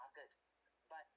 target but